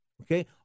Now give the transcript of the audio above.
okay